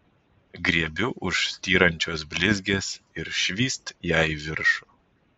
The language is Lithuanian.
griebiu už styrančios blizgės ir švyst ją į viršų